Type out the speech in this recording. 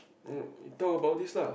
talk about this lah